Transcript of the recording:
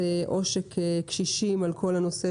גם בנושא